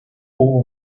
hubo